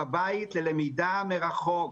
בבית ללמידה מרחוק.